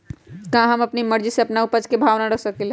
का हम अपना मर्जी से अपना उपज के भाव न रख सकींले?